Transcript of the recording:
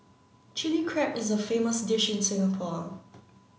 Chilli Crab is a famous dish in Singapore